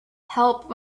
help